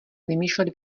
vymýšlet